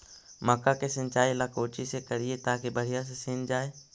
मक्का के सिंचाई ला कोची से करिए ताकी बढ़िया से सींच जाय?